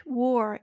war